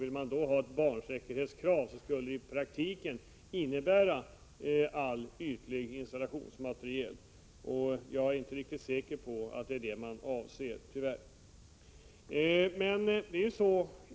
Om man vill ha ett barnsäkerhetskrav, skulle det i praktiken innefatta all ytlig installationsmateriel. Jag är tyvärr inte riktigt säker på att det är det man avser.